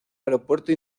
aeropuerto